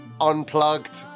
unplugged